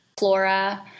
Flora